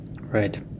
Right